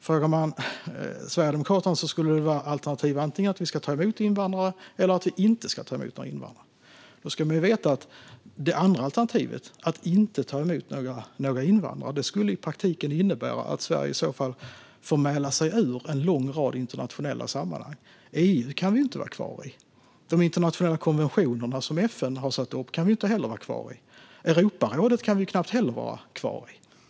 Frågan man Sverigedemokraterna skulle väl alternativen vara att vi antingen ska ta emot invandrare eller att vi inte ska ta emot några invandrare. Man ska veta att det andra alternativet, att inte ta emot några invandrare, i praktiken skulle innebära att Sverige får mäla sig ut ur en lång rad internationella sammanhang. EU kan vi ju inte vara kvar i, och samma sak gäller för de internationella konventioner som FN har satt upp. Europarådet kan vi knappast heller vara kvar i.